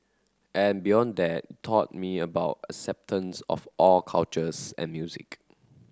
and beyond that taught me about acceptance of all cultures and music